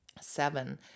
Seven